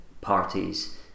parties